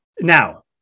now